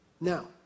Now